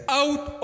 out